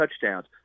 touchdowns